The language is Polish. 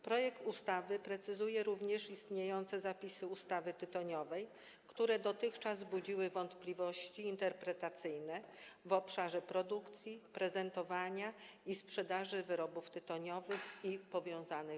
Projekt ustawy precyzuje również istniejące zapisy ustawy tytoniowej, które dotychczas budziły wątpliwości interpretacyjne, w obszarze produkcji, prezentowania i sprzedaży wyrobów tytoniowych i wyrobów powiązanych.